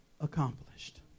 accomplished